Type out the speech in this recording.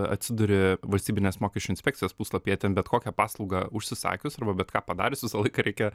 atsiduri valstybinės mokesčių inspekcijos puslapyje ten bet kokią paslaugą užsisakius arba bet ką padarius visą laiką reikia